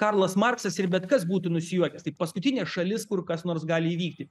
karlas marksas ir bet kas būtų nusijuokęs tai paskutinė šalis kur kas nors gali įvykti